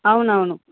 అవునవును